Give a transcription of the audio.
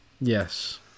Yes